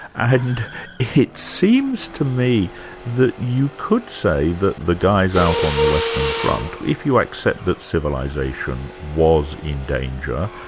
and it seems to me that you could say that the guys out on the western front, if you accept that civilisation was in danger,